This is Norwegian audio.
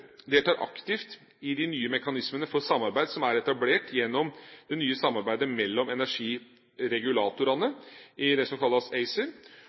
deltar aktivt i de nye mekanismene for samarbeid som er etablert gjennom det nye samarbeidet mellom energiregulatorene i det som kalles ACER,